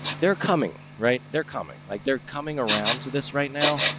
they're coming right there, coming like they're coming around to this right now.